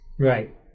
Right